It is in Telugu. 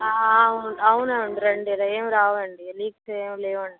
అవును అవునండి రండి ఏం రావండి లీక్స్ ఏమి లేవండి